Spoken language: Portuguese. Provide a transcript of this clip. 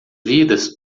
vidas